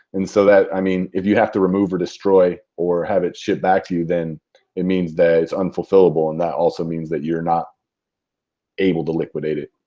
and so that, i mean if you have to remove or destroy or have it shipped back to you then it means that it's unfulfillable and that also means that you're not able to liquidate it.